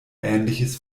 ähnliches